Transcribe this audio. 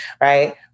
Right